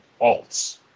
alts